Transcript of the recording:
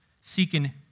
seeking